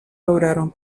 lograron